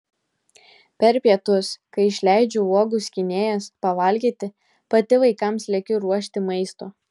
per pietus kai išleidžiu uogų skynėjas pavalgyti pati vaikams lekiu ruošti maisto